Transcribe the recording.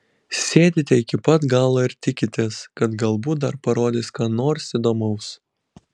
sėdite iki pat galo ir tikitės kad galbūt dar parodys ką nors įdomaus